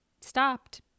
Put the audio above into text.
stopped